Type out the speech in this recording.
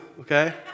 okay